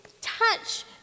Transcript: touch